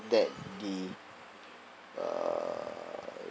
that the uh